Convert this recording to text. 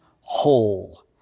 whole